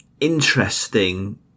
interesting